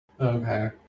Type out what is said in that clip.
Okay